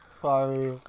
Sorry